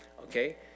okay